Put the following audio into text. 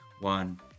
one